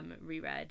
Reread